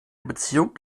beziehung